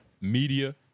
Media